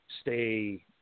stay